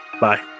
Bye